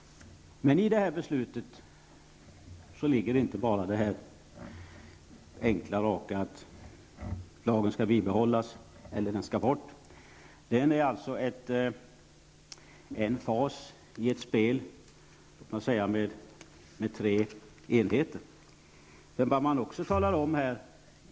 I det beslut riksdagen skall fatta ligger inte bara det enkla och raka att lagen antingen skall bibehållas eller tas bort. Förslaget i propositionen är en fas i ett spel, låt mig säga med tre enheter.